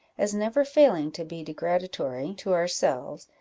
as never failing to be degradatory to ourselves,